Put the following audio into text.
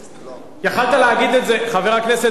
חבר הכנסת גפני,